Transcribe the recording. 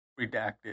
Redacted